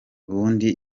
ubundi